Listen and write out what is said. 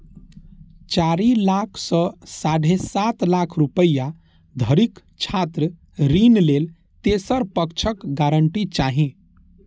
चारि लाख सं साढ़े सात लाख रुपैया धरिक छात्र ऋण लेल तेसर पक्षक गारंटी चाही